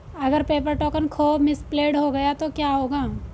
अगर paper token खो misplaced गया तो क्या होगा?